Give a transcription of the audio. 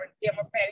Democratic